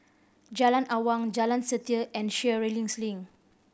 Jalan Awang Jalan Setia and Sheares Link